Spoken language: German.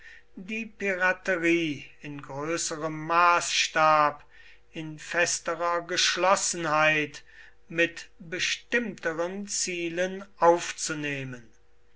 die piraterie in größerem maßstab in festerer geschlossenheit mit bestimmteren zielen aufzunehmen